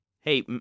Hey